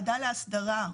תוך שבוע הוא הסתדר.